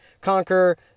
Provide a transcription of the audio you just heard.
conquer